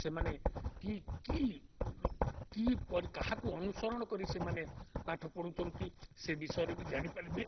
ସେମାନେ କି କି କିପରି କାହାକୁ ଅନୁସରଣ କରି ସେମାନେ ପାଠ ପଢ଼ୁଛନ୍ତି ସେ ବିଷୟରେ ବି ଜାଣିପାରିବେ